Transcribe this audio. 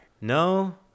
No